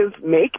make